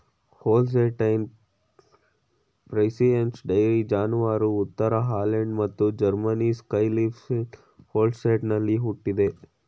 Holstein Friesians dairy ಜಾನುವಾರು ಉತ್ತರ Holland ಮತ್ತು ಜರ್ಮನಿ ಸ್ಕ್ಲೆಸ್ವಿಗ್ ಹೋಲ್ಸ್ಟೈನಲ್ಲಿ ಹುಟ್ಟಿದೆ